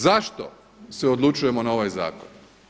Zašto se odlučujemo na ovaj zakon?